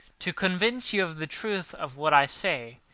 to convince you of the truth of what i say,